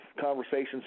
conversations